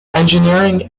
engineering